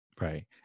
Right